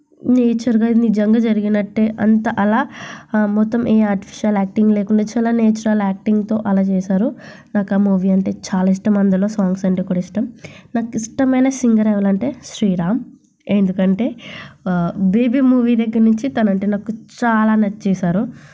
నేచర్గా ఇది నిజంగా జరిగినట్టు అంత అలా మొత్తం ఏ ఆర్టీఫిసియల్ యాక్టింగ్ లేకుండా చాలా న్యాచురల్ యాక్టింగ్తో అలా చేశారు నాకు ఆ మూవీ అంటే చాలా ఇష్టం అందులో సాంగ్స్ అంటే కూడా ఇష్టం నాకు ఇష్టమైన సింగర్ ఎవరు అంటే శ్రీరామ్ ఎందుకంటే బేబీ మూవీ దగ్గర నుంచి తను అంటే నాకు చాలా నచ్చేసాడు